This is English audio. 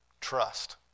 trust